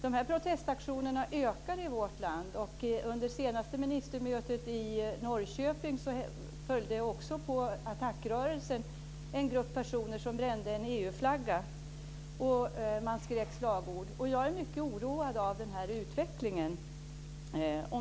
Dessa protestaktioner ökar i vårt land. Under senaste ministermötet i Norrköping brände en grupp personer - de följde ATTAC-rörelsen - en EU flagga, och man skrek slagord. Jag är mycket oroad av denna utveckling.